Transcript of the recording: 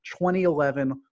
2011